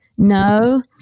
No